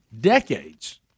decades